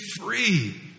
free